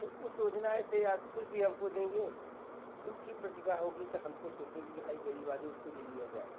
तो उन योजनाओं से आप कुछ भी हम को देंगे उनकी प्रतिभा होगी तो हम को सोचेगी कि हाँ ये ग़रीब आदमी इसको दे दिया जाए